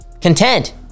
content